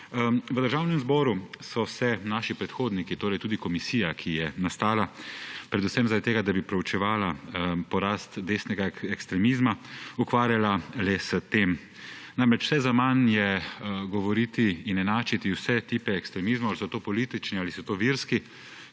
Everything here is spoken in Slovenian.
V Državnem zboru so se naši predhodniki, torej tudi komisija, ki je nastala predvsem zaradi tega, da bi proučevala porast desnega ekstremizma, ukvarjala le s tem. Zaman je govoriti in enačiti vse tipe ekstremizmom, so to politični ali so to verski,